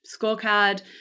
scorecard